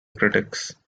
critics